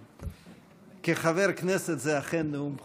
אבל כחבר כנסת זה אכן נאום בכורה.